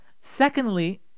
Secondly